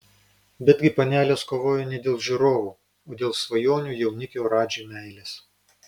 betgi panelės kovoja ne dėl žiūrovų o dėl svajonių jaunikio radži meilės